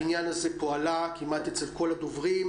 העניין הזה פה עלה כמעט אצל כל הדוברים,